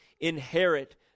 inherit